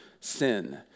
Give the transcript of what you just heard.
sin